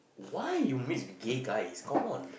why you miss the gay guy come on